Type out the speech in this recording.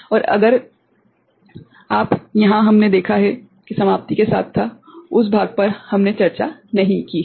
और अगर तुम यहाँ हमने देखा है कि समाप्ति के साथ था उस भाग पर हमने चर्चा नहीं की है